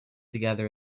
together